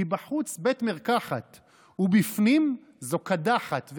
מבחוץ בית מרקחת / ובפנים זו קדחת,